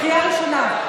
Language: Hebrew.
קריאה ראשונה.